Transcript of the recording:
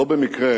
לא במקרה